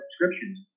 subscriptions